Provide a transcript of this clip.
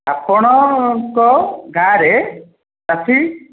ଆପଣଙ୍କ ଗାଁରେ ଚାଷୀ